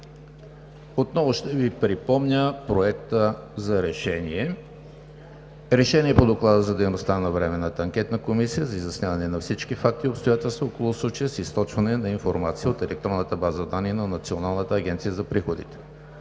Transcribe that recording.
Отново ще Ви припомня: „Проект! РЕШЕНИЕ по Доклада за дейността на Временната анкетна комисия за изясняване на всички факти и обстоятелства около случая с източване на информация от електронната база данни на Националната агенция за приходите